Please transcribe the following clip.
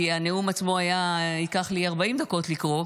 כי את הנאום ייקח לי 40 דקות לקרוא,